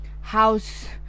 house